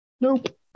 Nope